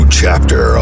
chapter